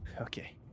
Okay